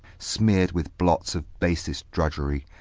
smeared with blots of basest drudgery,